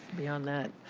beyond that.